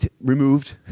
removed